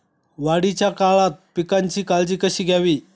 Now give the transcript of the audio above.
वाढीच्या काळात पिकांची काळजी कशी घ्यावी?